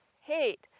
hate